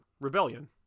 rebellion